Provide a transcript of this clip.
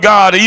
God